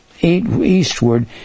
eastward